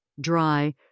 dry